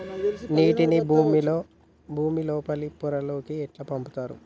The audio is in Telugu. నీటిని భుమి లోపలి పొరలలోకి ఎట్లా పంపుతరు?